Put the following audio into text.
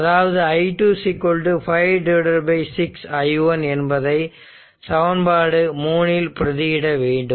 அதாவது i2 5 6 i1 என்பதை சமன்பாடு 3 இல் பிரதி இடவேண்டும்